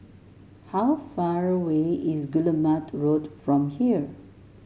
how far away is Guillemard Road from here